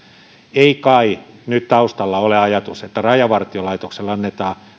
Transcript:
ei kai nyt taustalla ole ajatus että rajavartiolaitokselle annetaan